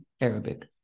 Arabic